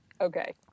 okay